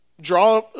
draw